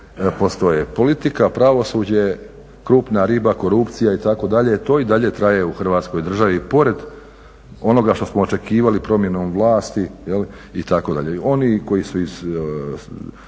postoje. Politika, pravosuđe, krupna riba, korupcija itd. to i dalje traje u Hrvatskoj državi pored onoga što smo očekivali promjenom vlasti itd. Oni koji su se